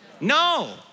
No